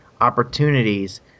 opportunities